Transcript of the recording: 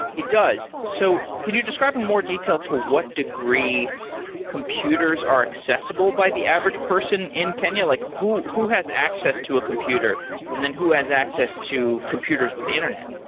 it does. so can you describe in more detail to what degree computers are accessible by the average person in kenya? like who who has access to a computer and then who has access to computers with internet?